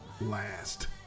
last